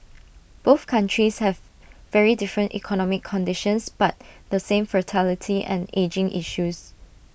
both countries have very different economic conditions but the same fertility and ageing issues